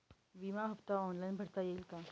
विमा हफ्ता ऑनलाईन भरता येईल का?